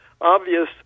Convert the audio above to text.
obvious